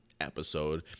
episode